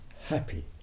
happy